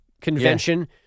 convention